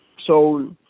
so